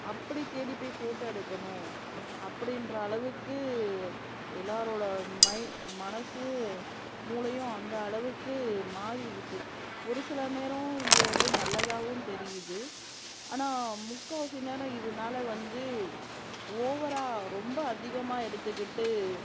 அப்படி தேடிப்போய் ஃபோட்டோ எடுக்கணும் அப்படின்ற அளவுக்கு எல்லோரோட மனசும் மூளையும் அந்த அளவுக்கு மாறிடுச்சி ஒரு சில நேரம் இது வந்து நல்லதாகவும் தெரியுது ஆனால் முக்காவாசி நேரம் இதனால வந்து ஓவராக ரொம்ப அதிகமாக எடுத்துக்கிட்டு